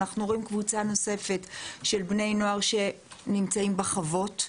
אנחנו רואים קבוצה נוספת של בני נוער שנמצאים בחוות,